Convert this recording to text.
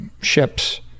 ships